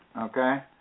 okay